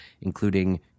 including